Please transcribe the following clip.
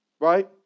Right